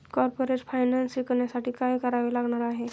Corporate finance शिकण्यासाठी काय करावे लागणार आहे?